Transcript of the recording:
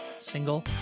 single